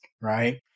right